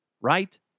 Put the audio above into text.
right